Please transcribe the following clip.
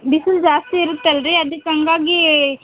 ಬಿಸಿಲ್ ಜಾಸ್ತಿ ಇರುತ್ತಲ್ಲ ರೀ ಅದಕ್ಕೆ ಹಾಗಾಗಿ